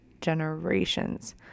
generations